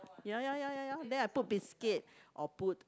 ya ya ya ya ya then I put biscuit or put